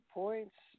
points